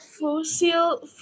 fossil